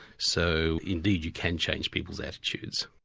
so indeed, you can change people's attitudes.